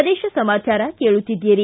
ಪ್ರದೇಶ ಸಮಾಚಾರ ಕೇಳುತ್ತೀದ್ದಿರಿ